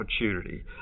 opportunity